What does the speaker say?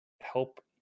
help